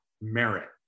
merit